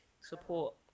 Support